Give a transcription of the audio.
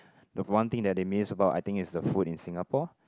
the one thing that they miss about I think is the food in Singapore